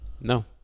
No